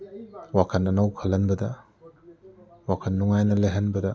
ꯋꯥꯈꯜ ꯑꯅꯧꯕ ꯈꯜꯍꯟꯕꯗ ꯋꯥꯈꯜ ꯅꯨꯡꯉꯥꯏꯅ ꯂꯩꯍꯟꯕꯗ